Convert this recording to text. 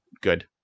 good